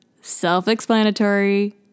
Self-explanatory